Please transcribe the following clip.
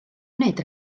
wneud